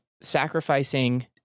sacrificing